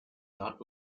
not